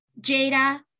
Jada